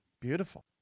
Beautiful